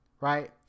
right